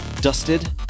dusted